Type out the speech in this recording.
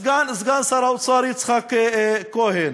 סגן שר האוצר יצחק כהן.